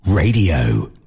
Radio